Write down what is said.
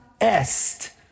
est